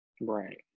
Right